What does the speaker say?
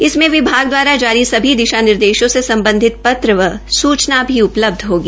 इसमें विभाग दवारा जारी सभी दिशा निर्देशों से संबंधित पत्र व सुचना भी उपलब्ध होंगी